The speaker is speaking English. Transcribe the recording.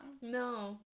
No